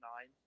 nine